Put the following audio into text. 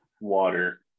water